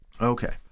Okay